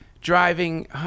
driving